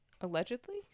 allegedly